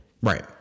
Right